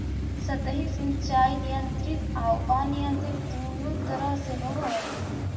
सतही सिंचाई नियंत्रित आउ अनियंत्रित दुनों तरह से होवऽ हइ